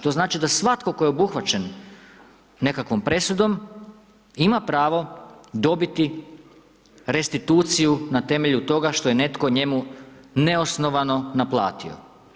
To znači da svatko tko je obuhvaćen nekakvom presudom ima pravo dobiti restituciju na temelju toga što je netko njemu neosnovano naplatio.